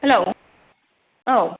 hello औ